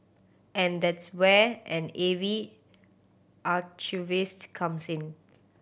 and that's where an A V archivist comes in